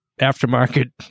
aftermarket